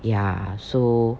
ya so